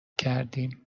کردیم